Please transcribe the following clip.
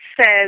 says